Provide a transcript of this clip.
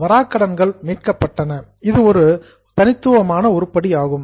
வராக்கடன்கள் மீட்கப்பட்டன இது ஒரு யூனிக் ஐட்டம் தனித்துவமான உருப்படி ஆகும்